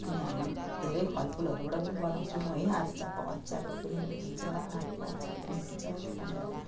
अनि हामी धेरै फलफुलहरूबाट पनि बनाउँछौँ है आरुचाको अचारहरू पनि हुन्छ आँपको अचार पनि हुन्छ त्यही कारणले गर्दा